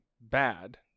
bad